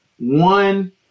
One –